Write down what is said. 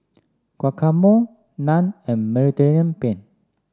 Guacamole Naan and Mediterranean Penne